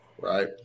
right